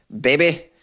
baby